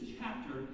chapter